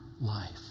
life